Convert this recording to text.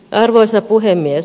arvoisa puhemies